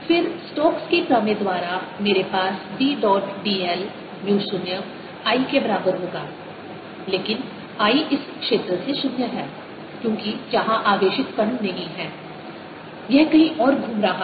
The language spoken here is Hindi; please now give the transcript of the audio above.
फिर स्टोक्स की प्रमेय Stokes' theorem द्वारा मेरे पास B dot d l mu 0 I के बराबर होगा लेकिन I इस क्षेत्र से 0 है क्योंकि यहां आवेशित कण नहीं है यह कहीं और घूम रहा है